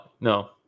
No